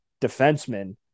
defenseman